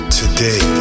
today